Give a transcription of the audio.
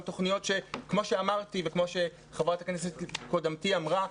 תוכניות שכמו שאמרתי וכמו שחברת הכנסת פרידמן אמרה,